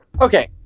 Okay